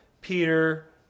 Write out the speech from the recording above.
Peter